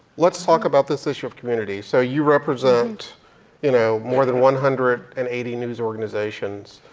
let's talk about this issue of community. so you represent you know more than one hundred and eighty news organizations,